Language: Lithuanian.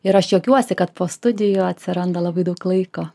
ir aš juokiuosi kad po studijų atsiranda labai daug laiko